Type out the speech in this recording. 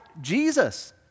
Jesus